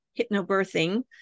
hypnobirthing